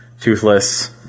toothless